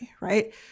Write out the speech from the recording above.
right